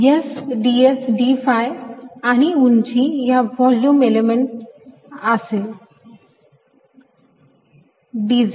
म्हणून S ds dphi आणि या व्हॉल्युम एलिमेंटची उंची असेल dz